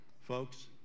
Folks